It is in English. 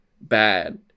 bad